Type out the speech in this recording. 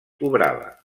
cobrava